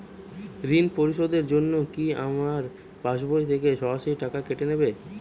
ঋণ পরিশোধের জন্য কি আমার পাশবই থেকে সরাসরি টাকা কেটে নেবে?